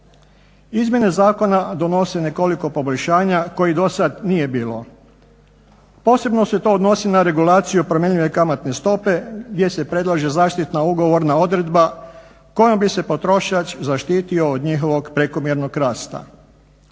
Izmjene zakona donose nekoliko poboljšanja kojih dosad nije bilo. Posebno se to odnosi na regulaciju promjenjive kamatne stope gdje se predlaže zaštitna ugovorna odredba kojom bi se potrošač zaštitio od njihovog prekomjernog rasta.